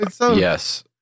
Yes